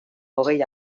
hogei